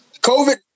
COVID